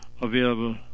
available